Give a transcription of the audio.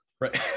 Right